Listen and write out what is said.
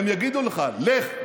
הם יגידו לך: לך,